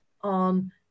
on